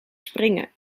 springen